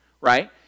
right